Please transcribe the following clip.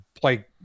Play